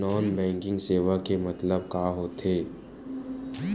Non banking सेवा के मतलब का होथे?